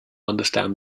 understand